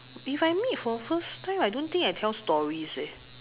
if I meet for first time I don't think I tell stories leh